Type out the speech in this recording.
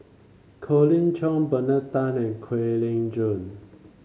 Colin Cheong Bernard Tan and Kwek Leng Joo